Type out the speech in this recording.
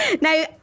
Now